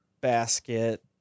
basket